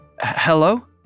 Hello